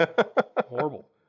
Horrible